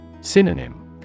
Synonym